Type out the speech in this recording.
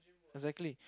exactly